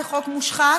זה חוק מושחת,